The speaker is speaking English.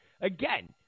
again